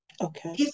Okay